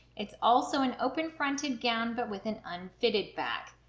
it's also an open fronted gown but with an unfitted back.